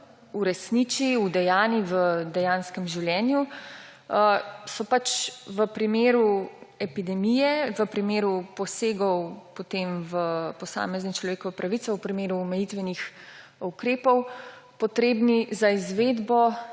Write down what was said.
uresniči, udejanji v dejanskem življenju, so v primeru epidemije, v primeru posegov v posamezne človekove pravice, v primeru omejitvenih ukrepov potrebni za izvedbo